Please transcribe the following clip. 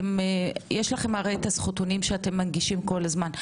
יש לכם הזכותונים שאתם מנגישים כל הזמן.